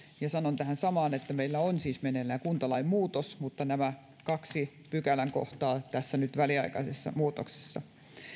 ja sanon tähän samaan että meillä on siis meneillään kuntalain muutos mutta nämä kaksi pykälän kohtaa ovat nyt tässä väliaikaisessa muutoksessa